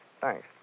Thanks